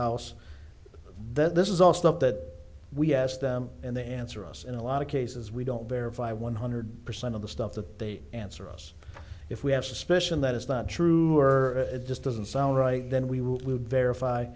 house that this is all stuff that we asked them and they answer us in a lot of cases we don't verify one hundred percent of the stuff that they answer us if we have suspicion that it's not true or it just doesn't sound right then we would